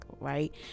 right